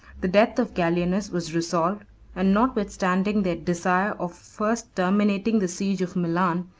the death of gallienus was resolved and notwithstanding their desire of first terminating the siege of milan,